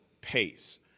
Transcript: pace